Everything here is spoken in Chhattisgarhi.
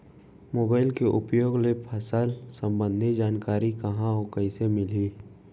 मोबाइल के उपयोग ले फसल सम्बन्धी जानकारी कहाँ अऊ कइसे मिलही?